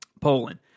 Poland